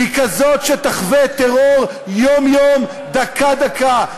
היא כזאת שתחווה טרור יום-יום, דקה-דקה.